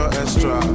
extra